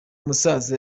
musaza